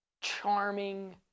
charming